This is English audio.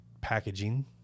packaging